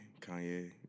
Kanye